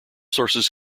sources